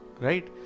Right